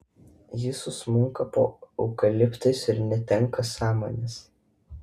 ji susmunka po eukaliptais ir netenka sąmonės